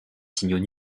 signaux